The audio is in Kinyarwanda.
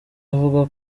avuga